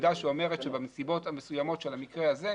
עמדה שאומרת שבנסיבות המסוימות של המקרה הזה,